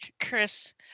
Chris